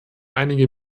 einige